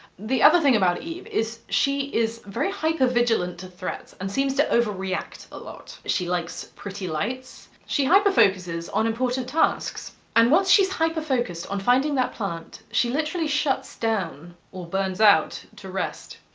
the other thing about eve, is she is very hyper-vigilant to threats, and seems to overreact a lot. she likes pretty lights, she hyper-focuses on important tasks, and once she's hyper-focused on finding that plant, she literally shuts down, or burns out, to rest.